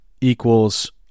equals